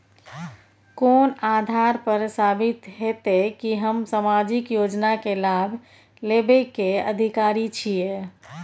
कोन आधार पर साबित हेते की हम सामाजिक योजना के लाभ लेबे के अधिकारी छिये?